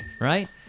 right